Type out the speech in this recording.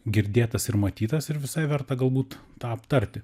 girdėtas ir matytas ir visai verta galbūt tą aptarti